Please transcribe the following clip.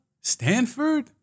Stanford